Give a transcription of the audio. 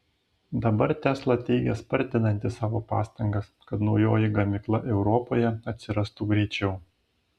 dabar tesla teigia spartinanti savo pastangas kad naujoji gamykla europoje atsirastų greičiau